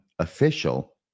official